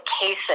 cases